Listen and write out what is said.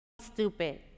stupid